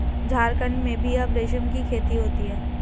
झारखण्ड में भी अब रेशम की खेती होती है